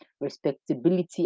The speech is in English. respectability